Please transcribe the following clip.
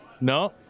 No